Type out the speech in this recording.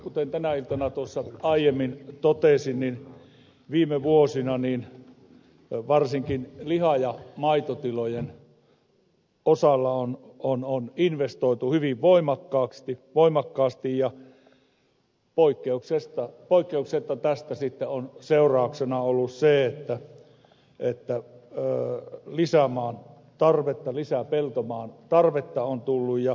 kuten tänä iltana aiemmin totesin niin viime vuosina varsinkin liha ja maitotilojen osalta on investoitu hyvin voimakkaasti ja poikkeuksetta tästä on seurauksena ollut se että lisämaan tarvetta lisäpeltomaan tarvetta on tullut